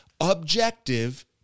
objective